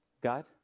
God